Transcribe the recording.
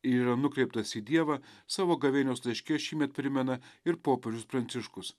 ir yra nukreiptas į dievą savo gavėnios laiške šįmet primena ir popiežius pranciškus